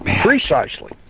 precisely